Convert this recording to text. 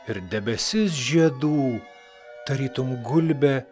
ir debesis žiedų tarytum gulbė